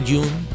June